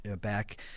back